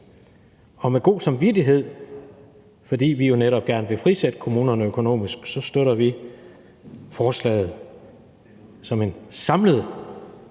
og med god samvittighed, fordi vi jo netop gerne vil frisætte kommunerne økonomisk, støtter vi forslaget, som en samlet